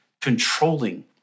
controlling